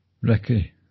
Ricky